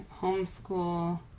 homeschool